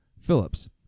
Phillips